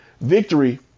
victory